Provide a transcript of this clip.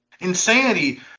Insanity